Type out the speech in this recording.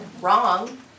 Wrong